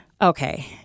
okay